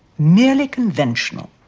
merely conventional.